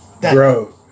Bro